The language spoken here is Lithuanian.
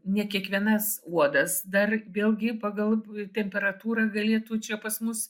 ne kiekvienas uodas dar vėlgi pagal temperatūrą galėtų čia pas mus